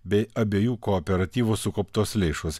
bei abiejų kooperatyvų sukauptos lėšos